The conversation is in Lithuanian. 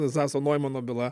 zaso noimano byla